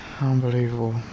Unbelievable